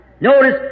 Notice